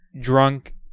drunk